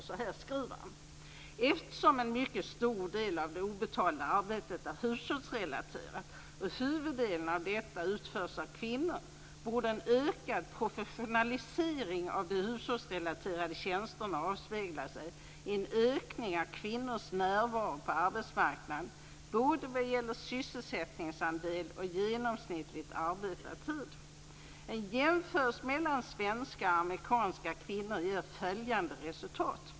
Så här skriver han:"Eftersom en mycket stor del av det obetalda arbetet är hushållsrelaterat och huvuddelen av detta utförs av kvinnor, borde en ökad professionalisering av de hushållsrelaterade tjänsterna avspegla sig i en ökning av kvinnors närvaro på arbetsmarknaden både vad gäller sysselsättningsandel och genomsnittligt arbetad tid." En jämförelse mellan svenska och amerikanska kvinnor ger följande resultat.